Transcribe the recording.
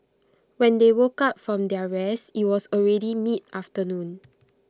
when they woke up from their rest IT was already mid afternoon